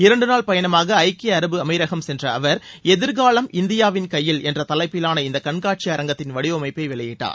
இரண்டு நாள் பயணமாக ஐக்கிய அரபு எமிரேட்ஸ் சென்ற அவர் எதிர்காலம் இந்தியாவில் கையில என்ற தலைப்பிலான இந்த கண்காட்சி அரங்கத்தின் வடிவமைப்பை வெளியிட்டார்